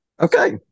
Okay